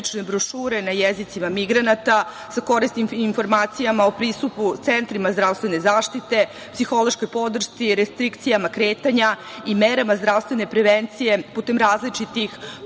na jezicima migranata sa korisnim informacijama o pristupu centrima zdravstvene zaštite, psihološkoj podršci, restrikcijama kretanja i merama zdravstvene prevencije putem različitih